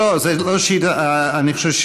אני חושב,